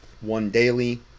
one-daily